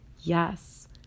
yes